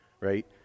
right